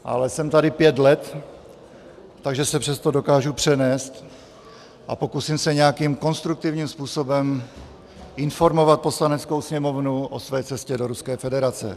Ale jsem tady pět let, takže se přes to dokážu přenést a pokusím se nějakým konstruktivním způsobem informovat Poslaneckou sněmovnu o své cestě do Ruské federace.